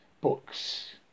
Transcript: Books